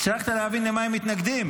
הצלחת להבין למה הם מתנגדים?